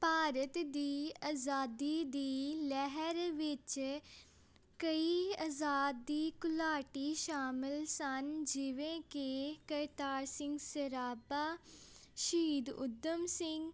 ਭਾਰਤ ਦੀ ਆਜ਼ਾਦੀ ਦੀ ਲਹਿਰ ਵਿੱਚ ਕਈ ਆਜ਼ਾਦੀ ਘੁਲਾਟੀ ਸ਼ਾਮਿਲ ਸਨ ਜਿਵੇਂ ਕਿ ਕਰਤਾਰ ਸਿੰਘ ਸਰਾਭਾ ਸ਼ਹੀਦ ਊਧਮ ਸਿੰਘ